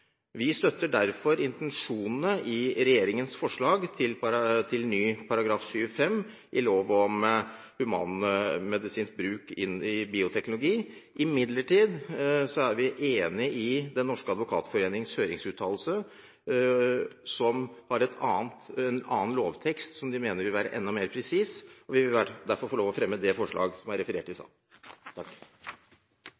Vi støtter derfor intensjonene i regjeringens forslag til ny § 7-5 i lov om humanmedisinsk bruk av bioteknologi m.m. Imidlertid er vi enig i Den Norske Advokatforenings høringsuttalelse, som har en annen lovtekst de mener vil være enda mer presis. Vi vil derfor få lov til å fremme det forslag som er referert i